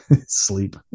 sleep